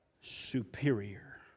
superior